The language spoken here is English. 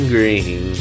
Green